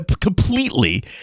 completely